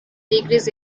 degrees